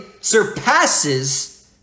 surpasses